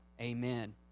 amen